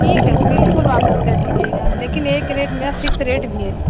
ٹھیک ہے بالکل واپس کر دیجیے گا لیکن ایک ریٹ میرا فکسڈ ریٹ بھی ہے